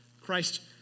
Christ